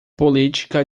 política